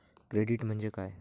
Credit म्हणजे काय?